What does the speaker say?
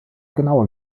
genauer